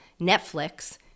Netflix